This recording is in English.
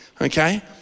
okay